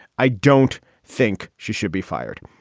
i don't think she should be fired.